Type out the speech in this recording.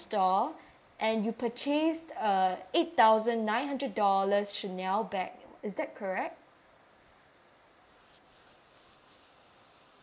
store and you purchased uh eight thousand nine hundred dollars Chanel bag is that correct